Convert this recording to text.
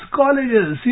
colleges